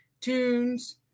Tunes